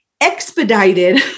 Expedited